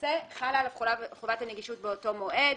למעשה חלה עליו חובת הנגישות באותו מועד,